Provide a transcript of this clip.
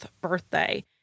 birthday